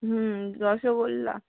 হুম rasgulla